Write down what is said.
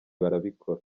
barabikora